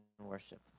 worship